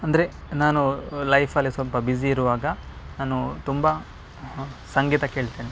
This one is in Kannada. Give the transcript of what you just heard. ಅಂದರೆ ನಾನು ಲೈಫಲ್ಲಿ ಸ್ವಲ್ಪ ಬಿಸಿ ಇರುವಾಗ ನಾನು ತುಂಬ ಸಂಗೀತ ಕೇಳ್ತೇನೆ